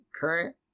current